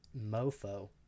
mofo